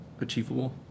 achievable